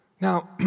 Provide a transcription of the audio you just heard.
Now